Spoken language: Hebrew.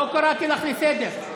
לא קראתי אותך לסדר.